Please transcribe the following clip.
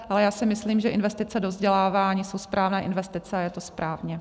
Ale já si myslím, že investice do vzdělávání jsou správné investice a je to správně.